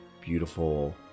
beautiful